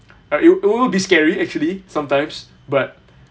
ah it will be scary actually sometimes but